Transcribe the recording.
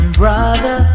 brother